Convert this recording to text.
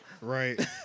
Right